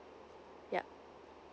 yup